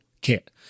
kit